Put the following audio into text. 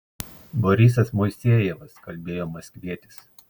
borisas moisejevas kalbėjo maskvietis